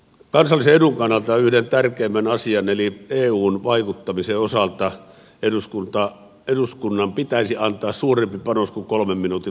kansallisen edun kannalta yhden tärkeimmän asian eli euhun vaikuttamisen osalta eduskunnan pitäisi antaa suurempi panos kuin kolmen minuutin lumekeskustelu